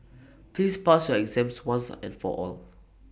please pass your exams once and for all